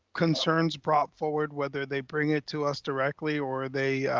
concerns brought forward, whether they bring it to us directly or they